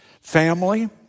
family